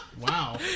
Wow